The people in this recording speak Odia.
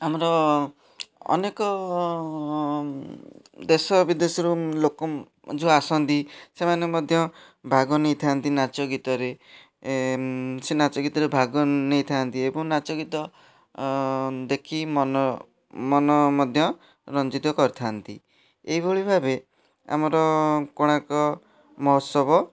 ଆମର ଅନେକ ଦେଶବିଦେଶରୁ ଲୋକ ଯେଉଁ ଆସନ୍ତି ସେମାନେ ମଧ୍ୟ ଭାଗ ନେଇଥାନ୍ତି ନାଚ ଗୀତରେ ସିଏ ନାଚ ଗୀତରେ ଭାଗ ନେଇଥାନ୍ତି ଏବଂ ନାଚ ଗୀତ ଦେଖି ମନ ମନ ମଧ୍ୟ ରଞ୍ଜିତ କରିଥାନ୍ତି ଏଇଭଳି ଭାବେ ଆମର କୋଣାର୍କ ମହୋତ୍ସବ